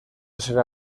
será